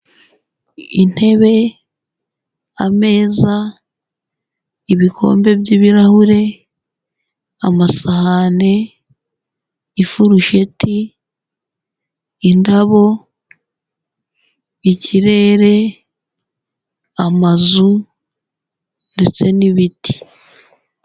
Intebe, ameza, ibikombe by'ibirahure, amasahani, ifurusheti, indabo, ikirere, amazu ndetse n'ibiti.